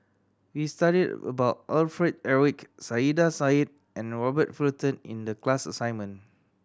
we studied about Alfred Eric Saiedah Said and Robert Fullerton in the class assignment